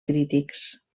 crítics